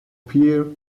pierre